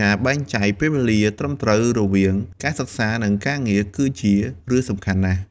ការបែងចែកពេលវេលាត្រឹមត្រូវ រវាងការសិក្សា និងការងារ គឺជារឿងសំខាន់ណាស់។